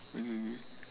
mmhmm